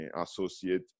associate